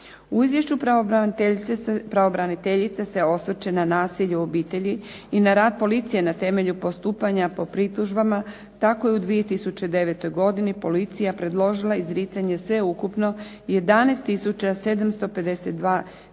U izvješću pravobraniteljica se osvrće na nasilje u obitelji i na rad policije na temelju postupanja po pritužbama. Tako je u 2009. godini policija predložila izricanje sveukupno 11 tisuća